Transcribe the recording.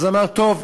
אז אמר: טוב,